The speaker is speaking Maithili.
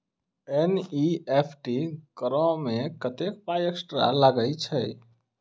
एन.ई.एफ.टी करऽ मे कत्तेक पाई एक्स्ट्रा लागई छई?